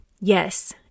Yes